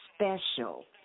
special